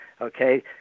okay